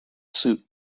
suit